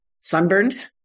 sunburned